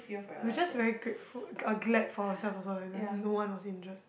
we just very grateful uh glad for ourselves also like that no one was injured